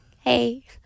hey